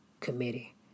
committee